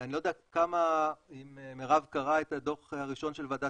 ואני לא יודע אם מרב קראה את הדוח הראשון של ועדת